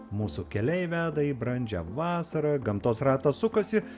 mūsų keliai veda į brandžią vasarą gamtos ratas sukasi